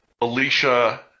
Alicia –